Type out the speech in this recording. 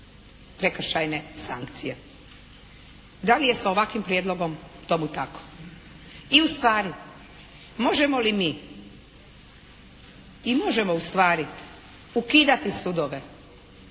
prekršajne sankcije. Da li je sa ovakvim Prijedlogom tomu tako i ustvari možemo li mi i možemo ustvari ukidati sudove